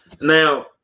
Now